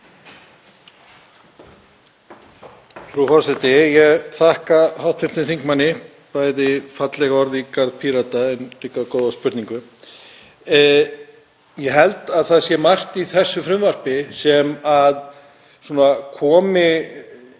Frú forseti. Ég þakka hv. þingmanni bæði falleg orð í garð Pírata og góða spurningu. Ég held að það sé margt í þessu frumvarpi sem komi